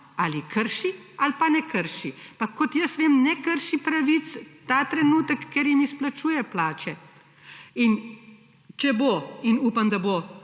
ali krši ali pa ne krši. Pa kot jaz vem, ne krši pravic ta trenutek, ker jim izplačuje plače. In če bo in upam, da bo